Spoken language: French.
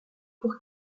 pour